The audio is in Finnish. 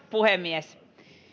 puhemies